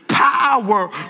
Power